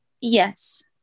Yes